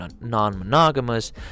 non-monogamous